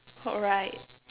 alright